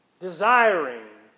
desiring